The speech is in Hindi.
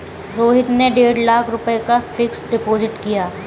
रोहित ने डेढ़ लाख रुपए का फ़िक्स्ड डिपॉज़िट किया